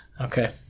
Okay